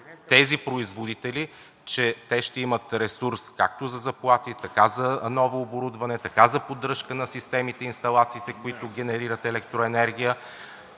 тези производители, че те ще имат ресурс както за заплати, така за ново оборудване, така за поддръжка на системите и инсталациите, които генерират електроенергия.